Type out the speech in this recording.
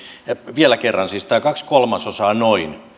vielä kerran tämä noin kaksi kolmasosaa